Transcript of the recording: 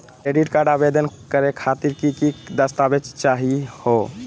Credit card आवेदन करे खातीर कि क दस्तावेज चाहीयो हो?